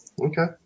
Okay